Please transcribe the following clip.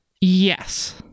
Yes